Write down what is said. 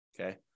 Okay